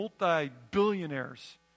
multi-billionaires